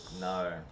No